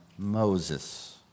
Moses